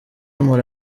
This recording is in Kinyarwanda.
mpura